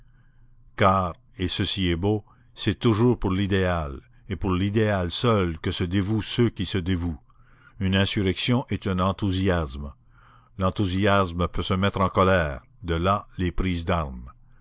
car et ceci est beau c'est toujours pour l'idéal et pour l'idéal seul que se dévouent ceux qui se dévouent une insurrection est un enthousiasme l'enthousiasme peut se mettre en colère de là les prises d'armes